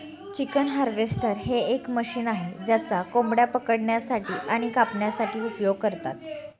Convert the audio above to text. chicken harvester हे एक machine आहे ज्याचा कोंबड्या पकडण्यासाठी आणि कापण्यासाठी उपयोग करतात